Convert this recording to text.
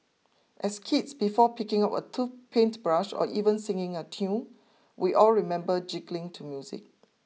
as kids before picking up a tool paintbrush or even singing a tune we all remember jiggling to music